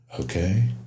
Okay